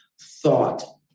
thought